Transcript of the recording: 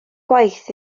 gwaith